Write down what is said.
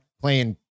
playing